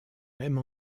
même